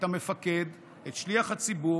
את המפקד, את שליח הציבור,